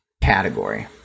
category